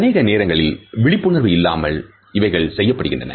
அனேக நேரங்களில் விழிப்புணர்வு இல்லாமல் இவைகள் செய்யப்படுகிறது